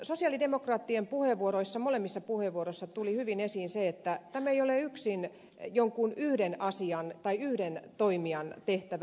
sosialidemokraattien puheenvuoroissa molemmissa puheenvuoroissa tuli hyvin esiin se että tämä ei ole yksin jonkun yhden toimijan tehtävä